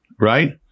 right